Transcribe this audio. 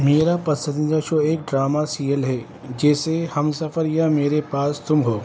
میرا پسندیدہ شو ایک ڈرامہ سیریل ہے جیسے ہم سفر یا میرے پاس تم ہو